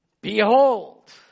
Behold